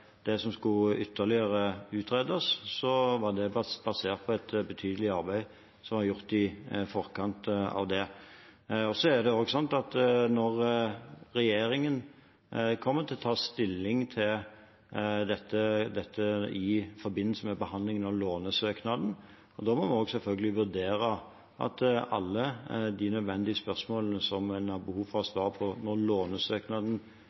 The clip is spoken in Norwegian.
det som skulle ytterligere utredes, var det basert på et betydelig arbeid som var gjort i forkant. Regjeringen kommer til å ta stilling til dette i forbindelse med behandlingen av lånesøknaden. Da må vi selvfølgelig vurdere om alle de nødvendige spørsmålene som en har behov for svar på når lånesøknaden